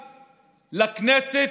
לכנסת,